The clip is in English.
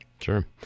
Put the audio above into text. Sure